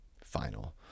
final